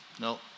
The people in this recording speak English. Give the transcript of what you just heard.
No